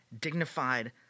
dignified